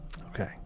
Okay